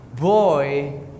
boy